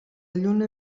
lluna